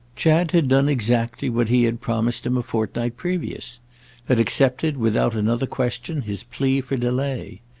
chad had done exactly what he had promised him a fortnight previous had accepted without another question his plea for delay.